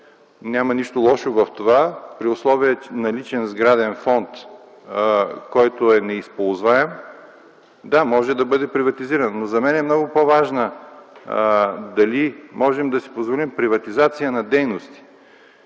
няма нищо лошо в това, при наличие на сграден фонд, който е неизползваем. Да, може да бъде приватизиран, но за мен е много по-важно дали можем да си позволим приватизация на дейности